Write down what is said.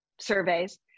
surveys